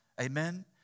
Amen